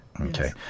Okay